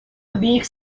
обеих